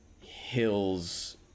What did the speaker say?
hills